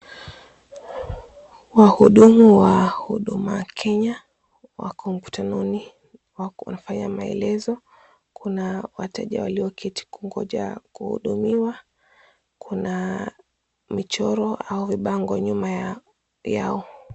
Wahudumu wa Huduma Kenya wako mkutanoni wako wanafanya maelezo. Kuna wateja walioketi kungoja kuhudumiwa. Kuna michoro au vibango nyuma yao.